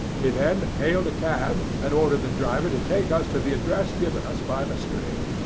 he then hailed a cab, and ordered the driver to take us to the address given us by lestrade.